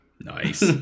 Nice